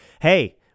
hey